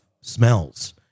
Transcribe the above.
smells